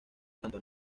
tanto